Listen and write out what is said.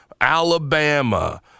Alabama